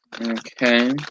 okay